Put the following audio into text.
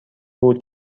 بود